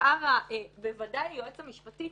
ובוודאי של היועץ המשפטי,